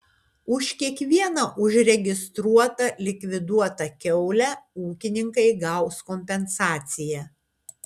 už kiekvieną užregistruotą likviduotą kiaulę ūkininkai gaus kompensaciją